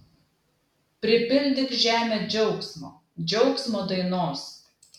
pripildyk žemę džiaugsmo džiaugsmo dainos